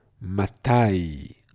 matai